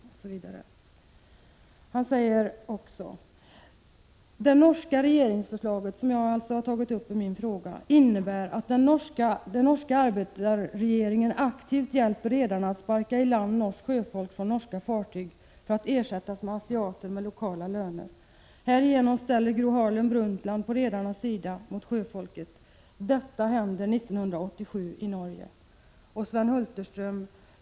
Han säger vidare beträffande det norska regeringsförslaget som jag tagit upp i min fråga: ”Detta norska regeringsförslag innebär att den norska arbeiderpartiregeringen aktivt hjälper redarna att sparka i land norskt sjöfolk från norska fartyg för att ersättas med asiater med ”lokala löner". Härigenom ställer sig Gro Harlem Brundtland på redarnas sida mot sjöfolket. Detta händer 1987 i Norge!” Sven Hulterström!